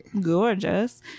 Gorgeous